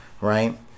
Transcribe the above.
right